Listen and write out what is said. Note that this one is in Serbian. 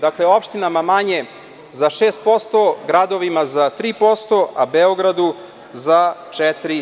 Dakle, opštinama manje za 6%, gradovima za 3%, a Beogradu za 4%